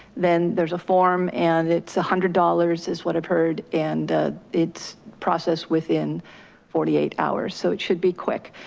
then there's a form and it's one hundred dollars, is what i've heard, and it's processed within forty eight hours. so it should be quick.